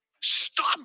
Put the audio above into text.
Stop